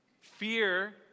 Fear